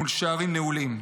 מול שערים נעולים.